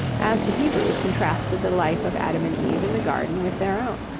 as the hebrews contrasted the life of adam and eve in the garden with their own.